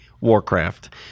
Warcraft